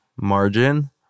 margin